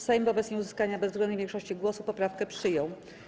Sejm wobec nieuzyskania bezwzględnej większości głosów poprawkę przyjął.